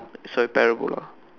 soil parabola